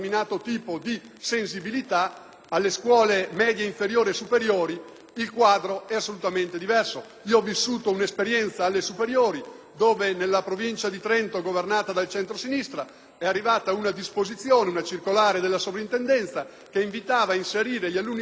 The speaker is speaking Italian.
nelle scuole medie inferiori e superiori il quadro è diverso. Ho vissuto un'esperienza alle scuole superiori; nella Provincia di Trento, governata dal centrosinistra, è arrivata una circolare della sovrintendenza che invitava ad inserire gli alunni stranieri nella classe corrispondente per età.